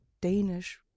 danish